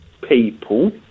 people